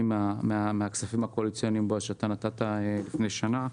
הכספים הקואליציוניים שאתה נתת, בועז, לפני שנה,